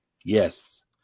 Yes